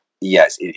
yes